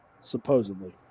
supposedly